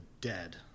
dead